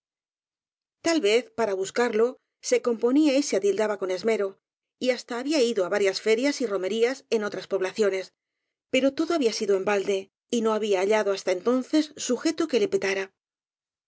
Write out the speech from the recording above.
tal vez para buscarlo se componía y se atildaba con esmero y hasta había ido á varias ferias y ro merías en otras poblaciones pero todo había sido en balde y no había hallado hasta entonces sujeto que le petara